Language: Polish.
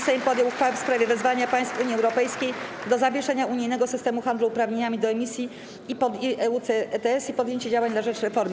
Sejm podjął uchwałę w sprawie wezwania państw Unii Europejskiej do zawieszenia unijnego systemu handlu uprawnieniami do emisji (EU ETS) i podjęcia działań na rzecz reformy.